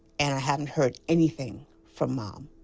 and i haven't heard anything from mom.